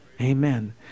Amen